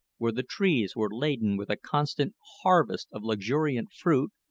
where the trees were laden with a constant harvest of luxuriant fruit,